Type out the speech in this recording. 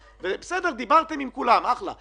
בסדר, דיברתם עם כולם, אחלה.